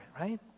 right